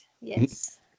Yes